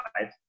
right